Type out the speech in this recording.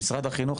משרד החינוך,